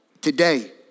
today